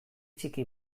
txiki